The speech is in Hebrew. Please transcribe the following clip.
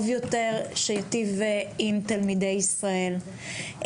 טוב יותר שיטיב עם תלמידי ישראל.